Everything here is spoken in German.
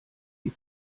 die